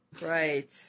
Right